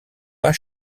pas